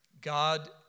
God